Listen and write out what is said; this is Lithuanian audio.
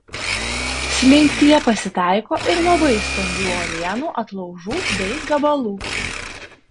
slinktyje pasitaiko ir labai stambių uolienų atlaužų bei gabalų